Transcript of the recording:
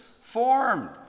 formed